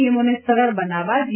નિયમોને સરળ બનાવવા જી